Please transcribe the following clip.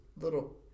little